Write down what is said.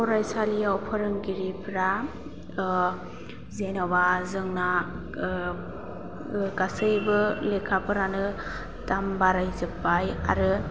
फरायसालियाव फोरोंगिरिफ्रा जेनोबा जोंना गासैबो लेखाफोरानो दाम बारायजोबबाय आरो